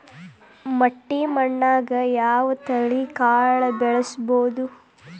ಮಟ್ಟಿ ಮಣ್ಣಾಗ್, ಯಾವ ತಳಿ ಕಾಳ ಬೆಳ್ಸಬೋದು?